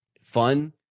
fun